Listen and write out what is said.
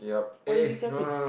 why is it seven